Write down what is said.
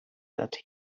that